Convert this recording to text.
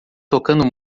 tocando